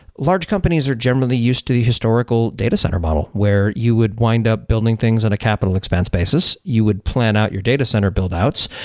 large companies are generally used to the historical data center model, where you would wind up building things on a capital expense basis. you would plan out your data center build outs,